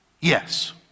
Yes